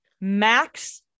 max